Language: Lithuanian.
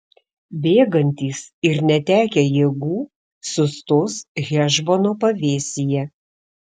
bėgantys ir netekę jėgų sustos hešbono pavėsyje